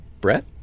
Brett